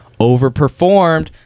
overperformed